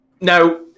now